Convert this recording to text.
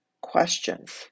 questions